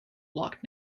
block